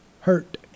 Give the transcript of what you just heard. Hurt